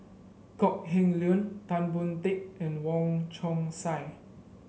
Kok Heng Leun Tan Boon Teik and Wong Chong Sai